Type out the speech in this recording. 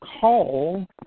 call